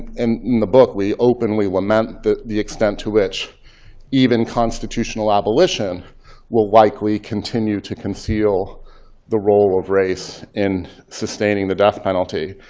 and in the book, we openly lament the the extent to which even constitutional abolition will likely continue to conceal the role of race in sustaining the death penalty.